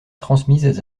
transmises